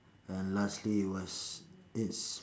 and lastly it was it's